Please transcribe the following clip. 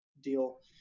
deal